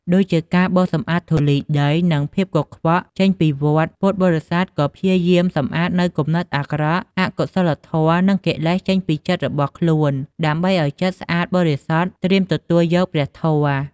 ដូចជាការបោសសម្អាតធូលីដី និងភាពកខ្វក់ចេញពីវត្ត ពុទ្ធបរិស័ទក៏ព្យាយាមសម្អាតនូវគំនិតអាក្រក់ អកុសលធម៌ និងកិលេសចេញពីចិត្តរបស់ខ្លួន ដើម្បីឱ្យចិត្តស្អាតបរិសុទ្ធ ត្រៀមទទួលយកព្រះធម៌។